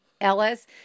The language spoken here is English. Ellis